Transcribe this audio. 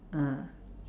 ah